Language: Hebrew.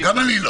גם אני לא.